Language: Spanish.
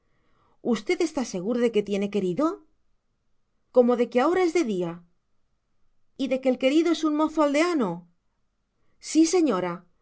usted está seguro de que tiene querido como de que ahora es de día y de que el querido es un mozo aldeano sí señora